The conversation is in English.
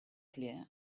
clear